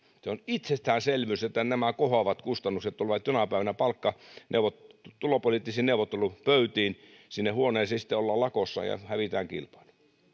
se on itsestäänselvyys että nämä kohoavat kustannukset tulevat jonain päivänä tulopoliittisiin neuvottelupöytiin sinne huoneisiin sitten ollaan lakossa ja hävitään kilpaa